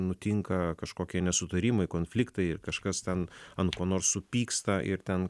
nutinka kažkokie nesutarimai konfliktai ir kažkas ten ant ko nors supyksta ir ten